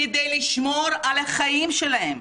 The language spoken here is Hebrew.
כדי לשמור על החיים שלהם,